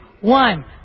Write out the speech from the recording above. one